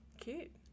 Cute